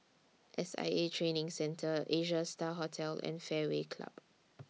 S I A Training Centre Asia STAR Hotel and Fairway Club